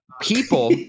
People